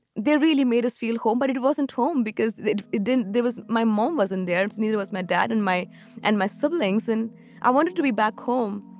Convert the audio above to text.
really made us feel home. but it wasn't home because it it didn't there was my mom wasn't there. neither was my dad and my and my siblings. and i wanted to be back home.